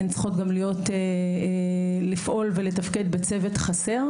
הן צריכות לפעול ולתפקד בצוות חסר,